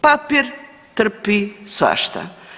Papir trpi svašta.